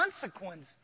consequence